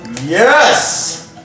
Yes